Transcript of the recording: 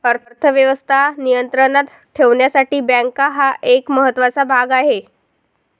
अर्थ व्यवस्था नियंत्रणात ठेवण्यासाठी बँका हा एक महत्त्वाचा भाग आहे